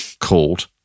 called